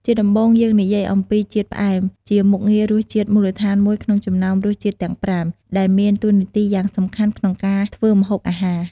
ជាដំបូង យើងនិយាយអំពីជាតិផ្អែម ជាមុខងាររសជាតិមូលដ្ឋានមួយក្នុងចំណោមរសជាតិទាំងប្រាំ ដែលមានតួនាទីយ៉ាងសំខាន់ក្នុងការធ្វើម្ហូបអាហារ។។